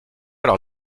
leur